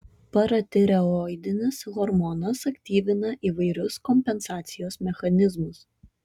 paratireoidinis hormonas aktyvina įvairius kompensacijos mechanizmus